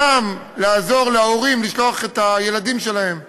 גם לעזור להורים לשלוח את הילדים שלהם למסגרות,